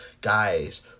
guys